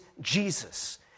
Jesus